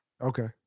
Okay